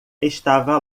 estava